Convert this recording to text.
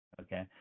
Okay